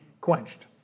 quenched